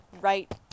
Right